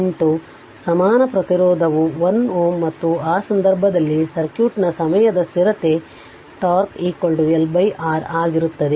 8 ಸಮಾನ ಪ್ರತಿರೋಧವು 1 Ω ಮತ್ತು ಆ ಸಂದರ್ಭದಲ್ಲಿ ಸರ್ಕ್ಯೂಟ್ನ ಸಮಯದ ಸ್ಥಿರತೆ τ L R ಆಗಿರುತ್ತದೆ